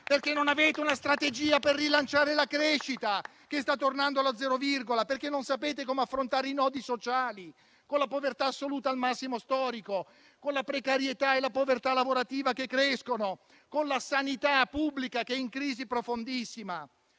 perché non avete una strategia per rilanciare la crescita che sta tornando allo "zero virgola"; perché non sapete come affrontare i nodi sociali, con la povertà assoluta al massimo storico, con la precarietà e la povertà lavorativa che crescono, con la sanità pubblica che è in crisi profondissima.